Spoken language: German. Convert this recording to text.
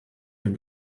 den